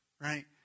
right